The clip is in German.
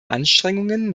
anstrengungen